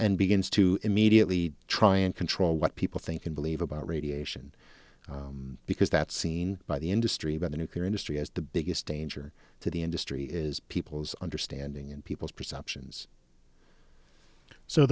and begins to immediately try and control what people think and believe about radiation because that's seen by the industry by the nuclear industry as the biggest danger to the industry is people's understanding and people's perceptions so